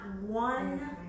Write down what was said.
one